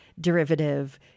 derivative